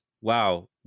wow